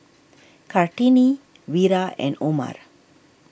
Kartini Wira and Omar